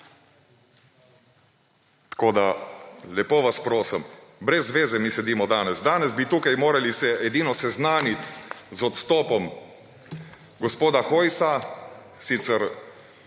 vemo. Lepo vas prosim, brez zveze mi sedimo danes. Danes bi se tukaj morali edino seznaniti z odstopom gospoda Hojsa, sicer